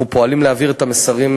אנחנו פועלים להעביר את המסרים,